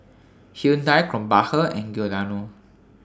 Hyundai Krombacher and Giordano